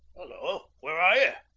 hallo! where are ye?